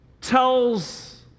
tells